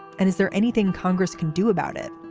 and is there anything congress can do about it?